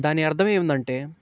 దాని అర్థం ఏందంటే